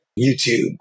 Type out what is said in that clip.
YouTube